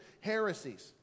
heresies